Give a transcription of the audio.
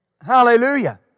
Hallelujah